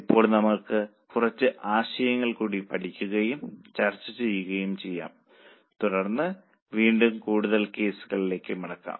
ഇപ്പോൾ നമുക്ക് കുറച്ച് ആശയങ്ങൾ കൂടി പഠിക്കുകയും ചർച്ച ചെയ്യുകയും ചെയ്യാം തുടർന്ന് വീണ്ടും കൂടുതൽ കേസുകളിലേക്ക് മടങ്ങാം